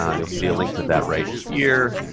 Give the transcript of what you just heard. um you'll see a link to that right here.